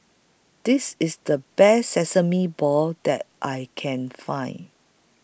This IS The Best Sesame Balls that I Can Find